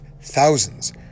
thousands